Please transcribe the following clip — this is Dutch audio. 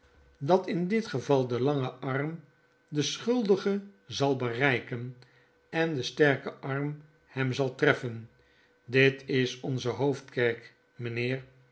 dat in dit geval de lange arm den schuldige zal bereiken en de sterke arm hem zal trenen dit is onze hoofdkerk mynheer